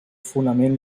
fonament